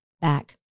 back